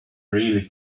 really